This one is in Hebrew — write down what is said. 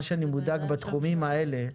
מה שאני מודאג בתחומים האלה,